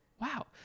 wow